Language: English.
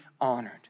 honored